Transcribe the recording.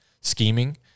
scheming